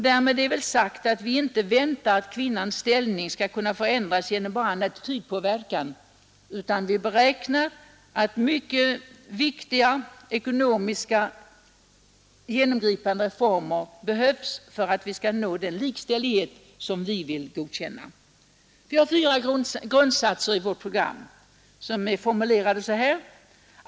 Di väntar att kvinnans ställning skall kunna påverkan, utan vi beräk ämlikhe med är väl sagt att vi inte dras bara genom attitydnar att mycket viktiga ekonomiska genomgripande reformer behövs för att vi skall nå den likställighet som vi vill godkänna. ideologi, när vi vill Vi har fyra grundsatser i vårt program, och de är formulerade på följande sätt: ”1.